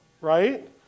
Right